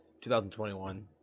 2021